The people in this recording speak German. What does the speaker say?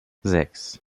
sechs